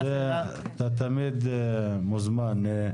אתה תמיד מוזמן.